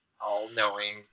all-knowing